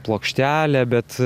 plokštelę bet